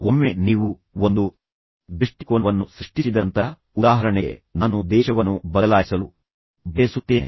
ಒಮ್ಮೆ ನೀವು ಒಂದು ದೃಷ್ಟಿಕೋನವನ್ನು ಸೃಷ್ಟಿಸಿದ ನಂತರ ಉದಾಹರಣೆಗೆ ನಾನು ದೇಶವನ್ನು ಬದಲಾಯಿಸಲು ಬಯಸುತ್ತೇನೆ